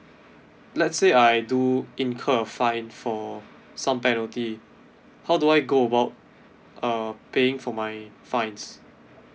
let's say I do incur fine for some penalty how do I go about uh paying for my fines